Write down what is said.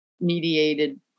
mediated